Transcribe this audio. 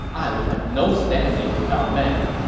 i would have no standing with our men!